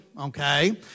Okay